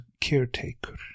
caretaker